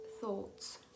thoughts